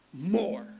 more